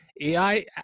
AI